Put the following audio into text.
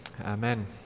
amen